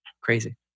Crazy